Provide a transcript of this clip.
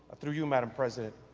through you madam president,